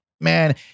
man